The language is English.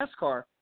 NASCAR